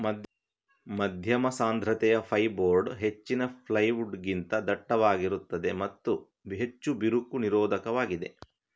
ಮಧ್ಯಮ ಸಾಂದ್ರತೆಯ ಫೈರ್ಬೋರ್ಡ್ ಹೆಚ್ಚಿನ ಪ್ಲೈವುಡ್ ಗಿಂತ ದಟ್ಟವಾಗಿರುತ್ತದೆ ಮತ್ತು ಹೆಚ್ಚು ಬಿರುಕು ನಿರೋಧಕವಾಗಿದೆ